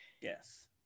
Yes